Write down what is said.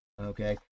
Okay